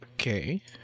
okay